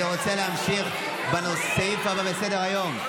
אני רוצה להמשיך בסעיף הבא שעל סדר-יום,